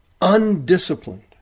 undisciplined